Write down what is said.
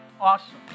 awesome